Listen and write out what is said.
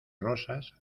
rosas